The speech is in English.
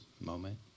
moment